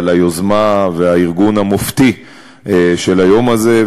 על היוזמה והארגון המופתי של היום הזה,